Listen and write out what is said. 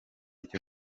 cyo